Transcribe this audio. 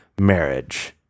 marriage